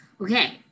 Okay